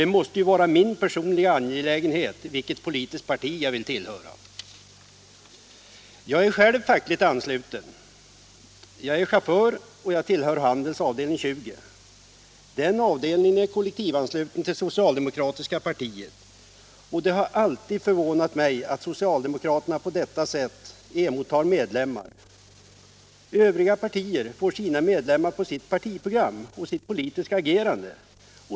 Det måste ju vara min personliga angelägenhet att avgöra vilket politiskt parti jag skall tillhöra. Jag är själv fackligt ansluten. Jag är chaufför och tillhör Handels avdelning 20. Den avdelningen är kollektivansluten till socialdemokratiska partiet, och det har alltid förvånat mig att socialdemokraterna på detta sätt emottar medlemmar. Övriga partier får sina medlemmar på sitt partiprogram och sitt politiska agerande.